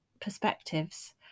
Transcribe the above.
perspectives